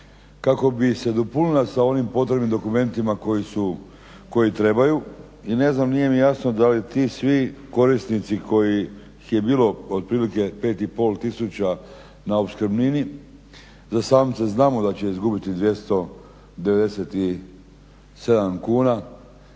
kako bi se nadopunila sa onim potrebnim dokumentima koji trebaju. I ne znam, nije mi jasno da li ti svi korisnici kojih je bilo otprilike 5,5 tisuća na opskrbnini za samce znamo da će izgubiti 297 kuna